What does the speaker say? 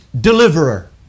Deliverer